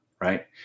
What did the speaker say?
right